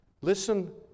listen